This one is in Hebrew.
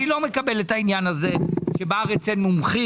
אני לא מקבל את זה שבארץ אין מומחים.